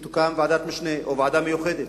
שתוקם ועדת משנה או ועדה מיוחדת